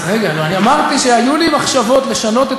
אז אמרתי שהיו לי מחשבות לשנות את